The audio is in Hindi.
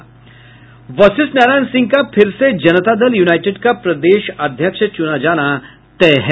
वशिष्ठ नारायण सिंह का फिर से जनता दल यूनाईटेड का प्रदेश अध्यक्ष चूना जाना तय है